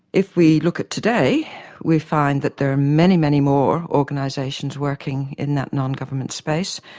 if we look at today we find that there are many, many more organisations working in that non government space,